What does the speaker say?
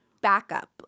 backup